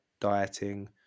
dieting